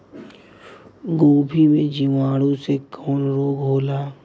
गोभी में जीवाणु से कवन रोग होला?